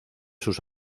sus